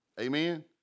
Amen